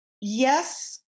Yes